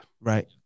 right